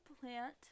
plant